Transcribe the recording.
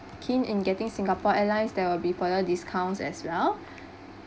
keen in getting singapore airlines there will be further discounts as well